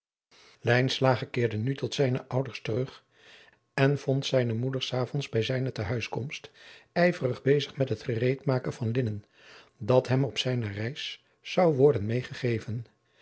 keerde nu tot zijne ouders terug en vond ziine moeder s avonds bij zijne te huis komst ijverig bezig met het gereedmaken van linnen dat hem op zijne reis zou worden medegegeven